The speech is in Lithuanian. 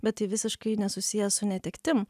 bet tai visiškai nesusiję su netektim